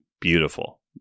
beautiful